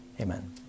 amen